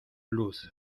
luz